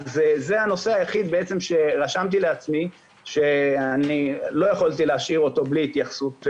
זה הנושא היחיד שלא יכולתי להשאיר בלי התייחסות.